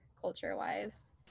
culture-wise